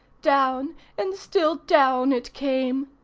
down and still down, it came.